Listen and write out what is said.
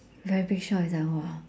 very shock is like !wah!